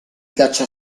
caccia